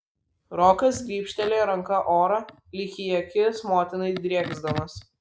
rokas grybštelėjo ranka orą lyg į akis motinai drėksdamas